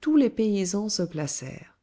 tous les paysans se placèrent